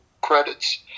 credits